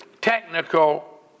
technical